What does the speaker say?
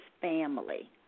family